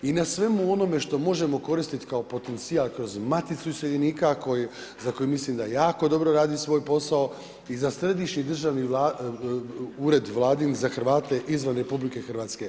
I na svemu onome što možemo koristiti kao potencijal, kroz Maticu iseljenika za koje mislim da jako dobro radi svoj posao i za Središnji državni ured Vladin za Hrvate izvan RH.